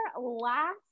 last